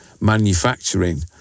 manufacturing